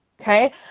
Okay